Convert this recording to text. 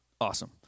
Awesome